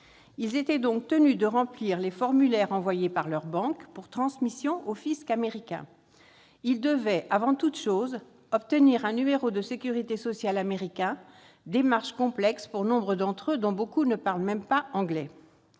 Ils étaient donc tenus de remplir les formulaires envoyés par leurs banques, pour transmission au fisc américain. Ils devaient avant toute chose obtenir un numéro de sécurité sociale américain, démarche complexe pour nombre d'entre eux, beaucoup ne parlant même pas anglais.